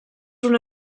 una